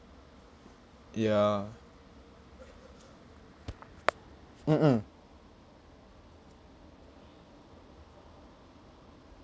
ya mm mm